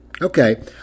Okay